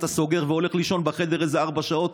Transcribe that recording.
אתה סוגר והולך לישון בחדר איזה ארבע שעות